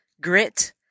grit